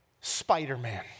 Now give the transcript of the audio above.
Spider-Man